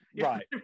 Right